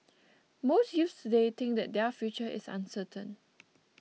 most youths today think that their future is uncertain